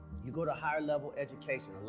you go to higher level education.